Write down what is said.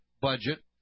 budget